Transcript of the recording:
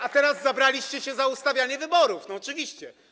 A teraz zabraliście się za ustawianie wyborów, no oczywiście.